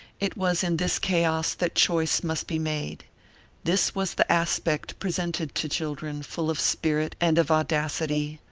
it was in this chaos that choice must be made this was the aspect presented to children full of spirit and of audacity,